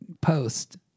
post